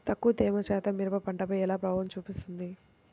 తక్కువ తేమ శాతం మిరప పంటపై ఎలా ప్రభావం చూపిస్తుంది?